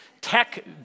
tech